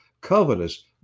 covetous